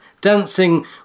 dancing